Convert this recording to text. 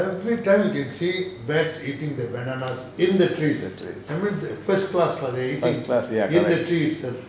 first class ya correct